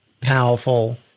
powerful